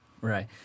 Right